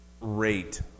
rate